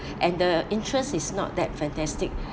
and the interest is not that fantastic